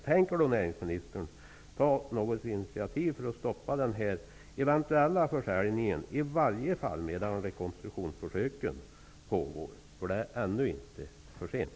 Tänker näringsministern ta något initiativ för att stoppa denna eventuella försäljning -- i varje fall medan rekonstruktionsförsöken pågår? Än är det inte för sent.